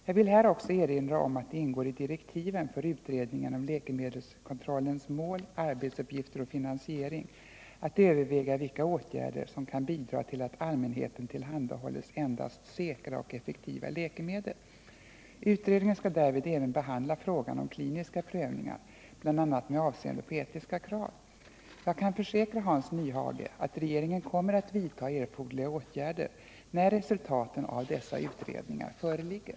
Jag vill här också erinra om att det ingår i direktiven för utredningen om läkemedelskontrollens mål, arbetsuppgifter och finansiering att överväga vilka åtgärder som kan bidra till att allmänheten tillhandahålls endast säkra och effektiva läkemedel. Utred 55 medel Jag kan försäkra Hans Nyhage att regeringen kommer att vidta erforderliga åtgärder när resultaten av dessa utredningar föreligger.